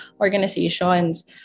organizations